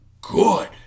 Good